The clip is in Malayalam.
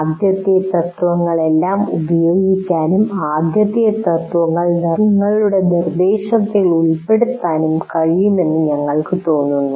ആദ്യത്തെ തത്ത്വങ്ങളെല്ലാം ഉപയോഗിക്കാനും ആദ്യത്തെ തത്ത്വങ്ങൾ നിങ്ങളുടെ നിർദ്ദേശത്തിൽ ഉൾപ്പെടുത്താനും കഴിയുമെന്ന് ഞങ്ങൾക്ക് തോന്നുന്നു